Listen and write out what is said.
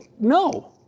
no